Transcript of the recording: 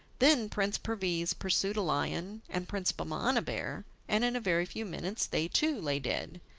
then prince perviz pursued a lion and prince bahman a bear, and in a very few minutes they, too, lay dead.